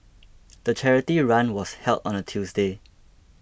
the charity run was held on a Tuesday